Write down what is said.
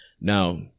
Now